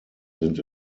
sind